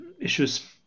issues